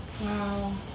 Wow